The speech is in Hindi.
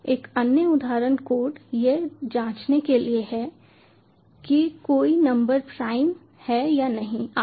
एक अन्य उदाहरण कोड यह जांचने के लिए है कि कोई नंबर प्राइम है या नहीं आदि